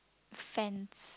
fence